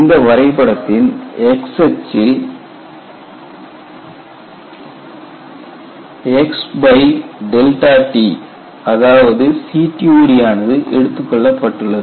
இந்த வரைபடத்தின் x அச்சில் xt அதாவது CTOD ஆனது எடுத்துக் கொள்ளப்பட்டுள்ளது